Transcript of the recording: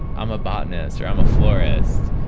i'm a botanist or i'm a florist.